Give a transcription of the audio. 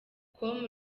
com